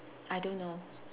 I don't know